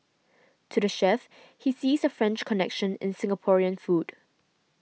to the chef he sees a French connection in Singaporean food